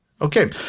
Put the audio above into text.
Okay